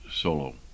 solo